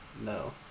No